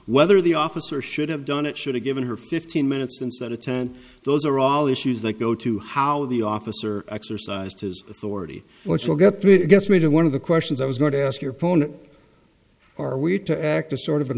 whether the officer should have done it should have given her fifteen minutes instead of ten those are all issues that go to how the officer exercised his authority which will get through it gets me to one of the questions i was going to ask your phone or we had to act as sort of a